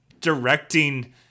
directing